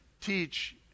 Teach